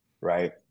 right